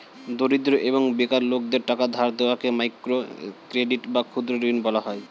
দরিদ্র এবং বেকার লোকদের টাকা ধার দেওয়াকে মাইক্রো ক্রেডিট বা ক্ষুদ্র ঋণ বলা হয়